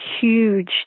huge